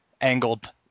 angled